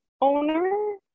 owner